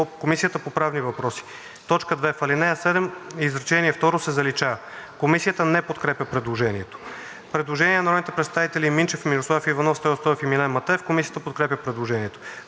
„Комисията по правни въпроси“. 2. В ал. 7 изречение второ се заличава.“ Комисията не подкрепя предложението. Предложение на народните представители Никола Минчев, Мирослав Иванов, Стою Стоев и Милен Матеев. Комисията подкрепя предложението.